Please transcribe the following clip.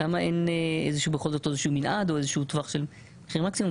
למה אין בכל זאת מנעד או טווח של מחירי מקסימום?